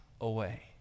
away